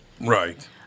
Right